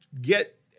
get